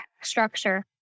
structure